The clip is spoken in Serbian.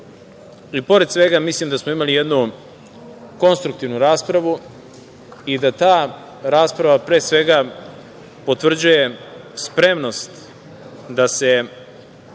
i pored svega mislim da smo imali jednu konstruktivnu raspravu i da ta rasprava pre svega potvrđuje spremnost da se